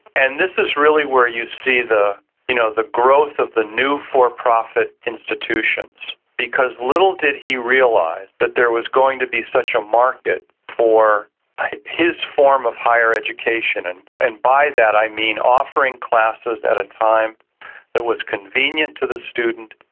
and this is really where you see the you know the growth of the new for-profit institutions because little did he realise that there was going to be such a market for his form of higher education. and and by that i mean offering classes at a time that was convenient to the student,